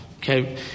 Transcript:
okay